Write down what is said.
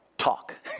talk